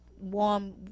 warm